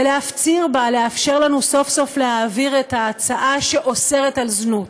ולהפציר בה לאפשר לנו סוף-סוף להעביר את ההצעה שאוסרת זנות.